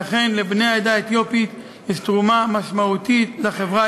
שאכן לבני העדה האתיופית יש תרומה משמעותית לחברה